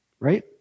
Right